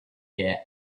gear